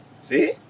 See